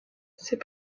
c’est